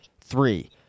three